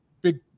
big